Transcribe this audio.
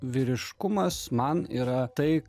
vyriškumas man yra tai